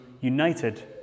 united